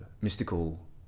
mystical